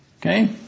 Okay